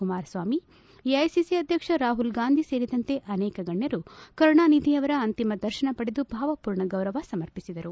Kumaraswamy AICC ಅಧ್ಯಕ್ಷ ರಾಹುಲ್ಗಾಂಧಿ ಸೇರಿದಂತೆ ಅನೇಕ ಗಣ್ಯರು ಕರುಣಾನಿಧಿ ಅವರ ಅಂತಿಮ ದರ್ಶನ ಪಡೆದು ಭಾವಪೂರ್ಣ ಗೌರವ ಸಮರ್ಪಿಸಿದರು